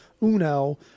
Uno